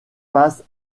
passe